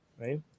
right